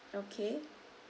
okay